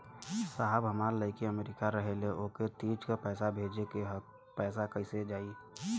साहब हमार लईकी अमेरिका रहेले ओके तीज क पैसा भेजे के ह पैसा कईसे जाई?